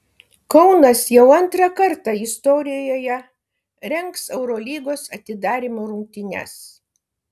kaunas jau antrą kartą istorijoje rengs eurolygos atidarymo rungtynes